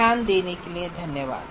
ध्यान देने के लिये धन्यवाद